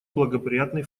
благоприятный